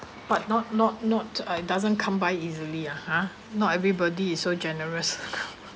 but not not not uh it doesn't come by easily ah !huh! not everybody is so generous